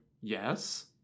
Yes